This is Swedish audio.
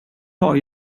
har